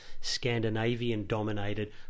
Scandinavian-dominated